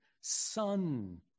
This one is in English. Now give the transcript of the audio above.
son